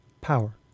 Power